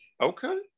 Okay